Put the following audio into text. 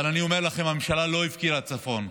אבל אני אומר לכם: הממשלה לא הפקירה את הצפון,